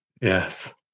yes